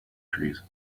trees